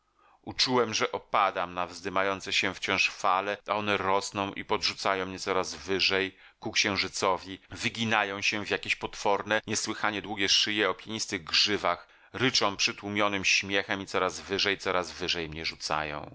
uczułem że opadam na wzdymające się wciąż fale a one rosną i podrzucają mnie coraz wyżej ku księżycowi wyginają się w jakieś potworne niesłychanie długie szyje o pienistych grzywach ryczą przytłumionym śmiechem i coraz wyżej coraz wyżej mną rzucają